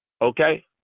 Okay